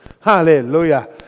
Hallelujah